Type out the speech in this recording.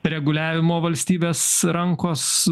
reguliavimo valstybės rankos